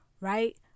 right